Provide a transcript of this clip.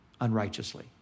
unrighteously